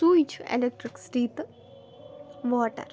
سُے چھُ اٮ۪لیکٹِرٛکسِٹی تہٕ واٹَر